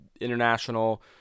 international